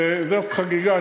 וזאת חגיגה.